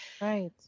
Right